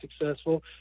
successful